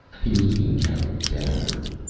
he was being carried downward.